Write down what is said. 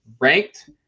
ranked